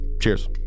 Cheers